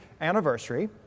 anniversary